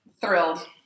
Thrilled